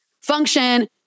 function